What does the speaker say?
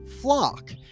flock